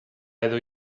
edo